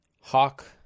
Hawk